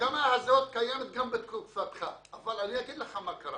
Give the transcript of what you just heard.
המגמה הזאת הייתה קיימת גם בתקופתך אבל אני אגיד לך מה קרה.